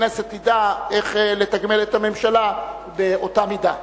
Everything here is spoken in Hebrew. הכנסת תדע איך לתגמל את הממשלה באותה מידה.